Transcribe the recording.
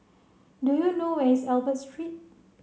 do you know where is Albert Street